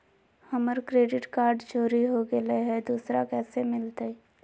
हमर credit card चोरी हो गेलय हई, दुसर कैसे मिलतई?